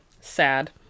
sad